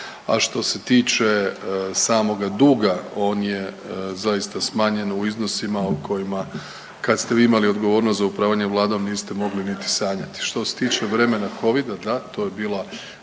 A što se tiče samoga duga on je zaista smanjen u iznosima o kojima kad ste vi imali odgovornost za upravljanje Vladom niste mogli niti sanjati. Što se tiče vremena covida da, to je bila